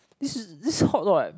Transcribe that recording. this this hot dog right